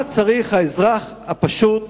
מה צריך האזרח הפשוט,